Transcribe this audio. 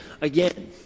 again